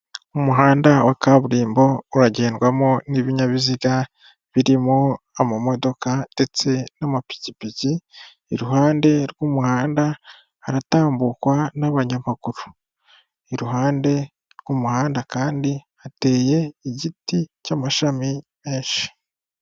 Umuhanda wa kaburimbo uragendwamo n'ibinyabiziga birimo amamodoka ndetse n'amapikipiki, iruhande rw'umuhanda haratambukwa n'abanyamaguru, iruhande rw'umuhanda kandi hateye igiti cy'amashami menshi.